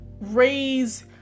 raise